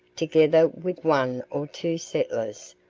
together with one or two settlers,